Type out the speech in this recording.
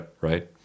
right